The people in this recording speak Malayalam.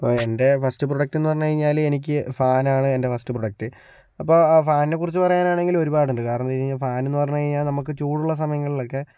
അപ്പോൾ എൻ്റെ ഫസ്റ്റ് പ്രൊഡക്ടെന്ന് പറഞ്ഞു കഴിഞ്ഞാല് എനിക്ക് ഫാനാണ് എൻ്റെ ഫസ്റ്റ് പ്രൊഡക്ട് അപ്പോൾ ആ ഫാനിനെക്കുറിച്ച് പറയാനാണെങ്കില് ഒരുപാടുണ്ട് കാരണമെന്ന് വെച്ച് കഴിഞ്ഞാൽ ഫാനെന്ന് പറഞ്ഞു കഴിഞ്ഞാൽ നമ്മക്ക് ചൂടുള്ള സമയങ്ങളിലൊക്കെ